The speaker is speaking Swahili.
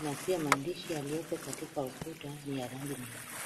na pia maandishi yaliyopo katika ukuta ni ya rangi nyeupe.